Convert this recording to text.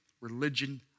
religion